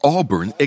Auburn